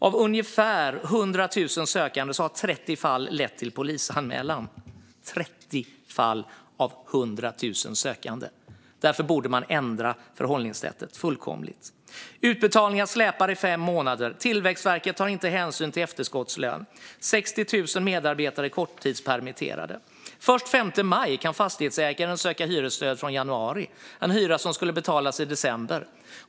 Av ungefär 100 000 sökande har 30 fall lett till polisanmälan - 30 fall av 100 000 sökande. Därför borde man ändra förhållningssättet fullkomligt. Utbetalningar släpar i fem månader, Tillväxtverket tar inte hänsyn till efterskottslön, och 60 000 medarbetare är korttidspermitterade. Först den 5 maj kan fastighetsägaren söka hyresstöd från januari, för en hyra som skulle betalats i december.